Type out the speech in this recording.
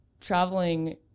traveling